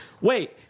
Wait